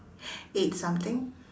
eight something